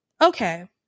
Okay